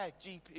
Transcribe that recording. GP